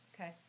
Okay